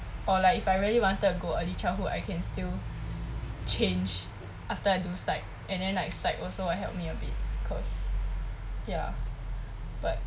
or like if I really wanted to go early childhood I can still change after I do psych and then like psych also helped me a bit cause but ya